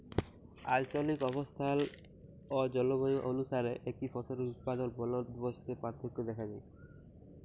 আলচলিক অবস্থাল অ জলবায়ু অলুসারে একই ফসলের উৎপাদল বলদবস্তে পার্থক্য দ্যাখা যায়